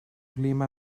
clima